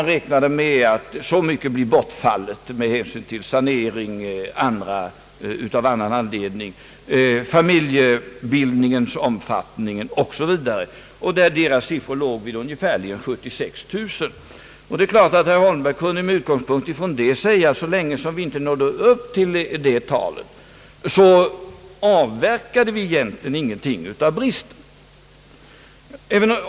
Där räknade man med ett visst bortfall med hänsyn till sanering och andra anledningar, familjebildningens omfattning o.s.v. och kom fram till en siffra på ungefär 76 000. Det är klart att herr Holmberg med utgångspunkt därifrån kunde säga, att så länge byggandet inte nådde upp till den siffran, så avverkade vi egentligen ingenting av bristen.